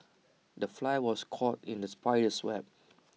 the fly was caught in the spider's web